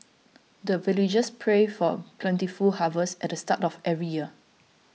the villagers pray for plentiful harvest at the start of every year